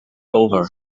over